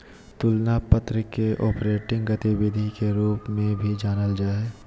तुलना पत्र के ऑपरेटिंग गतिविधि के रूप में भी जानल जा हइ